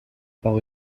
par